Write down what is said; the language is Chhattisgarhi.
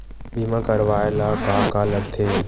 बीमा करवाय ला का का लगथे?